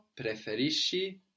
preferisci